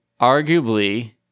arguably